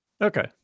Okay